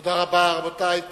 תודה רבה, רבותי.